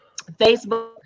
Facebook